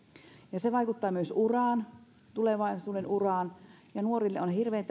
se vaikuttaa myös tulevaisuuden uraan ja nuorille on hirveän